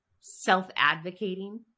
self-advocating